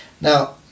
Now